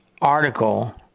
article